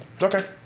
Okay